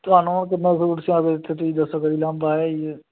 ਤੁਹਾਨੂੰ ਕਿੰਨਾ ਸੂਟ ਸਿਓਂ ਕੇ ਦਿੱਤੇ ਤੁਸੀਂ ਦੱਸੋ ਕਦੋਂ ਉਲਾਂਭਾ ਆਇਆ ਜੀ